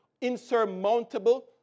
insurmountable